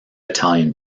italian